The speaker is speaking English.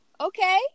okay